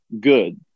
good